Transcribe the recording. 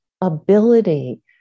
ability